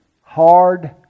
hard